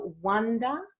wonder